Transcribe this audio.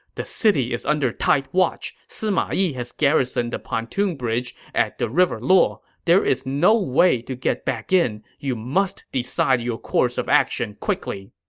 the city is under tight watch. sima yi has garrisoned the pontoon bridge at the river luo. there is no way to get back in. you must decide your course of action quickly.